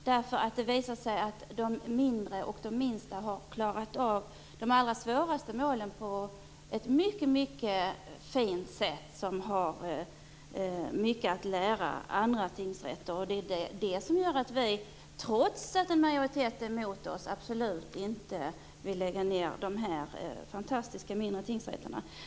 Det har nämligen visat sig att de mindre och de minsta tingsrätterna på ett mycket fint sätt klarat av de allra svåraste målen och att de har mycket att lära andra tingsrätter. Detta gör att vi, trots att en majoritet är mot oss, absolut inte vill lägga ned de mindre tingsrätterna, som alltså är fantastiska.